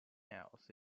else